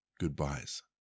goodbyes